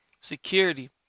security